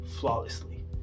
flawlessly